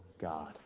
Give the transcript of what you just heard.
God